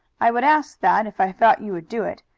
i would ask that if i thought you would do it,